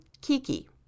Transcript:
Kiki